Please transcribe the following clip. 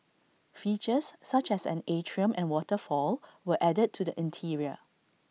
features such as an atrium and waterfall were added to the interior